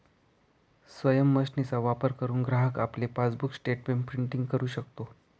स्वयम मशीनचा वापर करुन ग्राहक आपले पासबुक स्टेटमेंट प्रिंटिंग करु शकतो